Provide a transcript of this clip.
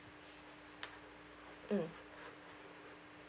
mm